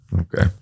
okay